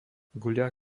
guľa